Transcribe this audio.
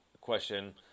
question